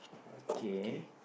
okay